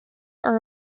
are